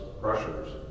pressures